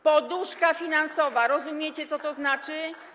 Poduszka finansowa - rozumiecie, co to znaczy?